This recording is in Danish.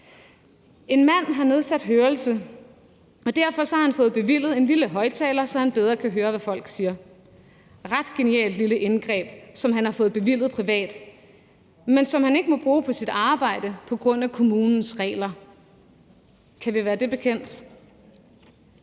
En mand har nedsat hørelse, og derfor har han fået bevilget en lille højtaler, så han bedre kan høre, hvad folk siger. Det er et ret genialt lille apparat, som han har fået bevilget privat, men som han ikke må bruge på sit arbejde på grund af kommunens regler. Kan vi være det bekendt?